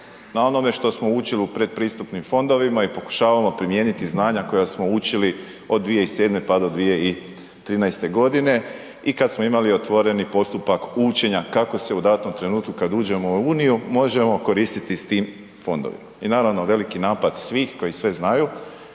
na onome što smo učili u predpristupnim fondovima i pokušavamo primijeniti znanja koja smo učili od 2007. pa do 2013. g. i kad smo imali otvoreni postupak učenja kako se u datom trenutku kad uđemo u Uniju, možemo koristiti s tim fondovima. I naravno, veliki napad svih koji sve znaju,